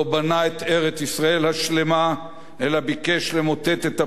השלמה אלא ביקש למוטט את הבית השלישי כולו,